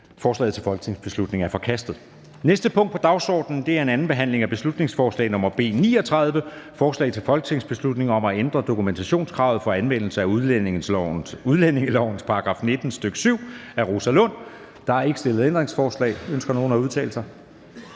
Forslaget til folketingsbeslutning er forkastet. --- Det næste punkt på dagsordenen er: 66) 2. (sidste) behandling af beslutningsforslag nr. B 39: Forslag til folketingsbeslutning om at ændre dokumentationskravet for anvendelse af udlændingelovens § 19, stk. 7. Af Rosa Lund (EL) m.fl. (Fremsættelse